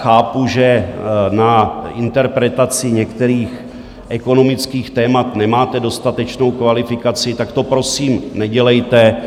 Chápu, že na interpretaci některých ekonomických témat nemáte dostatečnou kvalifikaci, tak to prosím nedělejte.